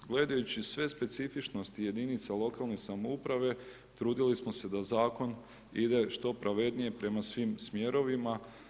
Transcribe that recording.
Jer gledajući sve specifičnosti jedinica lokalne samouprave trudili smo se da zakon ide što pravednije prema svim smjerovima.